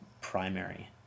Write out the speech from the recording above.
primary